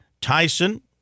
Tyson